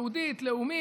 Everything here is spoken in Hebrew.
יהודית-לאומית,